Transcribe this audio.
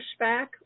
pushback